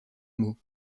mot